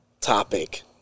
topic